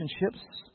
relationships